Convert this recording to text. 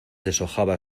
deshojaba